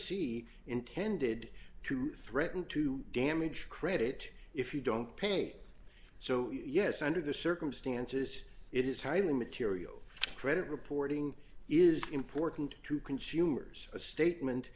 c intended to threaten to damage credit if you don't pay so yes under the circumstances it is highly material credit reporting is important to consumers a statement